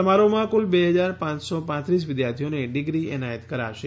સમારોહમાં કુલ બે હજાર પાંચસો પાંત્રીસ વિદ્યાર્થીઓને ડિગ્રી એનાયત કરાશે